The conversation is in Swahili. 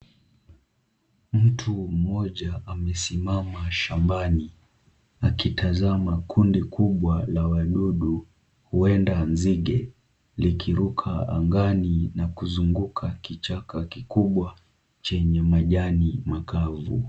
Mtu mmoja amesimama shambani, akitazama kundi kubwa la wadudu huenda nzige likiruka angani na kuzunguka kichaka kikubwa chenye majani makavu.